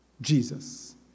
Jesus